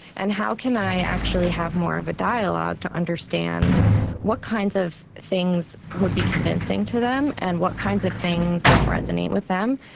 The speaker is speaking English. and how can i actually have more of a dialogue to understand what kinds of things would be convincing to them and what kinds of things don't resonate with them?